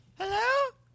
Hello